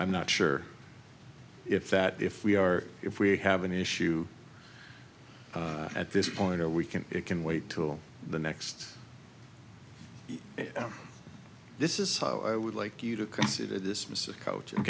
i'm not sure if that if we are if we have an issue at this point or we can it can wait till the next this is how i would like you to consider this missive coach